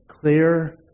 clear